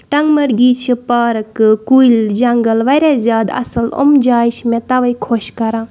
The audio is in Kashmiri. ٹنگمَرگی چھِ پارکہٕ کُلۍ جنگل واریاہ زیادٕ اَصٕل یِم جایہِ چھِ مےٚ اَوے خۄش کران